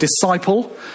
disciple